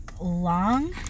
long